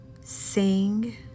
sing